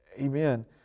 Amen